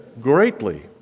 greatly